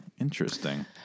interesting